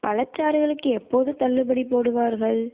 பழச்சாறுகளுக்கு எப்போது தள்ளுபடி போடுவார்கள்